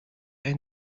ein